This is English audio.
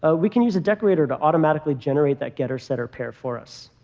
ah we can use a decorator to automatically generate that getter setter pair for us.